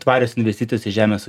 tvarios investicijos į žemės